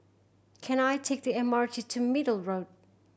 can I take the M R T to Middle Road